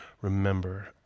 remember